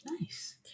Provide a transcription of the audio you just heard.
nice